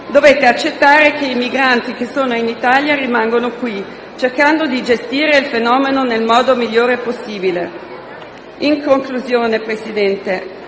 dovete accettare che i migranti che sono in Italia rimangano qui, cercando di gestire il fenomeno nel modo migliore possibile. In conclusione, signor Presidente,